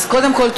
אז קודם כול,